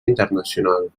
internacional